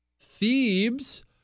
Thebes